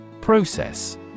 Process